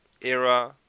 era